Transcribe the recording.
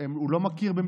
למה הכנסת מתנהלת ככה,